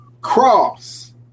Cross